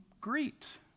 greet